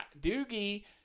Doogie